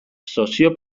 sozio